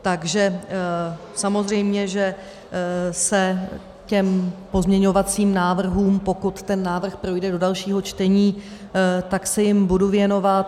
Takže samozřejmě, že se těm pozměňovacím návrhům, pokud ten návrh projde do dalšího čtení, tak se jim budu věnovat.